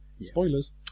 Spoilers